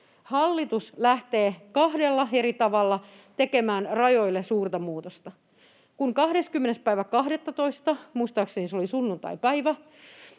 hallitus lähtee kahdella eri tavalla tekemään rajoille suurta muutosta. Kun 20.12., muistaakseni se oli sunnuntaipäivä,